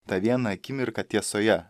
tą vieną akimirką tiesoje